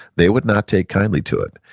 they would not take kindly to it,